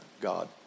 God